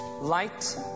light